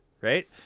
right